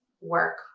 work